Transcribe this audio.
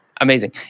Amazing